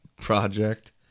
project